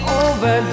over